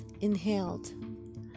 inhaled